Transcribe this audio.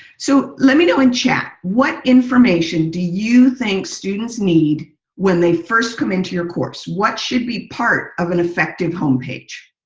so, let me know in chat, what information do you think students need when they first come in to your course, what should be part of an effective home page?